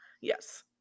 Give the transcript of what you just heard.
yes